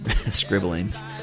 scribblings